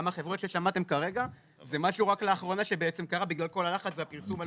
גם החברות ששמעתם כרגע זה משהו שרק לאחרונה קרה בגלל כל הלחץ והפרסום.